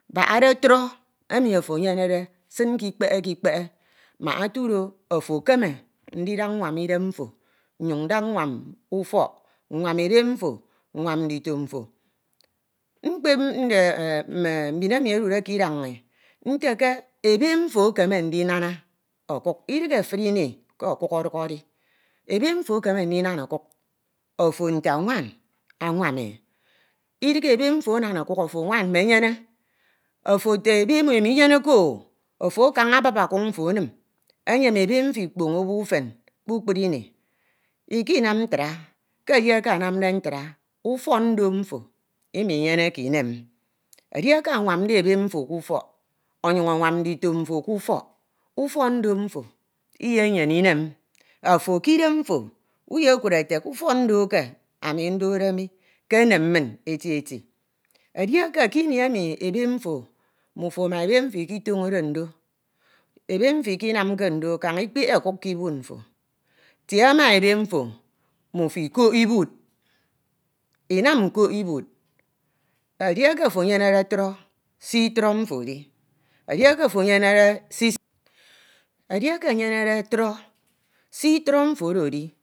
bahade tro. emi ofo enyenede sin ke ikpehe ke ikpehe. mbak etudo ofo ekeme ndida nwam mfo nnyuñ nda nwam ufok. nwam ebe mfo. nwam ndito ufo. mkpep mbin emi edude ke idak inh nte ke ebe mfo ekeme ndinana okuk. idighe efuri imi ke okuk ọduk edi. Ebe mfo ekeme. Ndinana okuk ofo nte nwan anwam e. idighe anana okuk. ofo nwan ete ebe mfo imo inyenekero. ofo akan abup ọkuk mfo enim. eyem ebe mfo ikpoñ obo ufen kpukpru ini. ikinam ntra. ke edieke anamde ntra ufọk ndo mfo iminyene inem. Edieke anwamde ebe mfo k’ufọk. onyuñ anwam ndito mfo ke ufok. ufok ndo nyeyene inem. ofo ke idem mfo iyekud ete ke ufọk ndo eke ami ndode mi ke enem min eti eti kini emi mmino ma ebe mfo iketoñode ndo ebe mfo ikinamke ndo kaña. ikpehe okuk ke ibud mfo. Tie ma ebe mfo mmifo ikok ibud. inam nkok ibud. edieke ofo enyenede tro. si tro mfo di. ebe myo iyenyene tro. si tro mfo di. ebe myo iyenyene tro. esii tro nsie edi. mmufo owu iba ida idian kied inam nkok ibud ndin mmufo iworo ika ibine mme ndinyene mfo. ebe mfo.